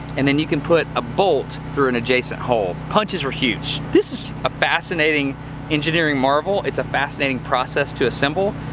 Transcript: and then you can put a bolt through an adjacent hole. punches are huge. this is a fascinating engineering marvel. it's a fascinating process to assemble.